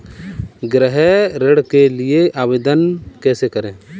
गृह ऋण के लिए आवेदन कैसे करें?